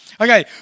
Okay